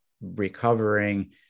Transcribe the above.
recovering